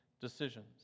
decisions